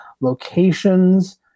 locations